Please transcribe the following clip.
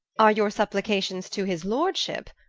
are your supplications to his lordship?